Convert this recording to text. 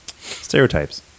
stereotypes